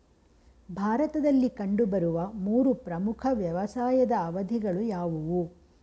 ಭಾರತದಲ್ಲಿ ಕಂಡುಬರುವ ಮೂರು ಪ್ರಮುಖ ವ್ಯವಸಾಯದ ಅವಧಿಗಳು ಯಾವುವು?